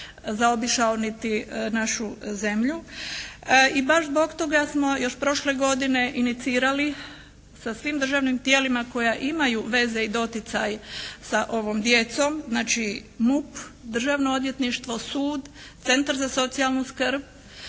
zaobišao niti našu zemlju i baš zbog toga smo još prošle godine inicirali sa svim državnim tijelima koja imaju veze i doticaj sa ovom djecom, znači MUP, Državno odvjetništvo, sud, Centar za socijalnu skrb,